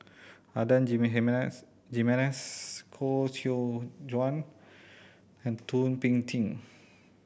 Adan Jimenez Koh Seow Chuan and Thum Ping Tjin